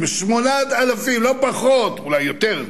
8,000, לא פחות, אולי יותר,